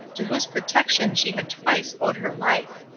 to whose protection she had twice owed her life.